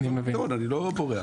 אני מבין אני לא בורח,